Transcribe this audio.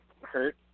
hurt